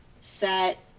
set